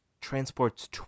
transports